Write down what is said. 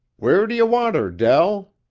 where do you want her, del?